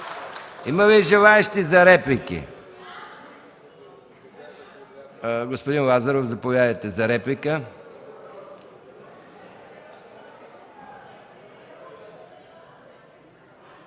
Има ли желаещи за реплики? Господин Лазаров, заповядайте.